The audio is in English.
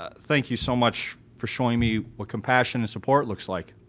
ah thank you so much for showing me what compassion and support looks like.